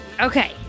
okay